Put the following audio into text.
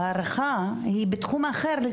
ההערכה היא לגמרי בתחום אחר.